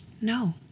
No